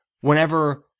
whenever